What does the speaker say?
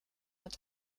mit